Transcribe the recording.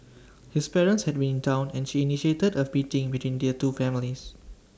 his parents had been in Town and she initiated A beating between their two families